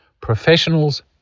Professionals